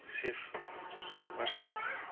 safe गर्छ